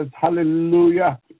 Hallelujah